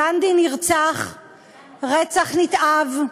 גנדי נרצח רצח נתעב.